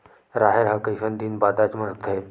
राहेर ह कइसन दिन बादर म होथे?